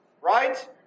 right